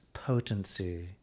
potency